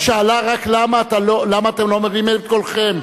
היא שאלה רק למה אתם לא מרימים את קולכם.